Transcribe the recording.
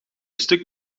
stuk